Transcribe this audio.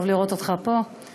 טוב לראות אותך פה,